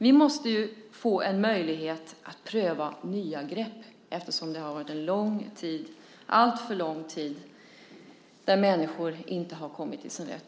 Vi måste få en möjlighet att pröva nya grepp eftersom det har varit en alltför lång tid där människor inte har kommit till sin rätt.